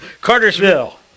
Cartersville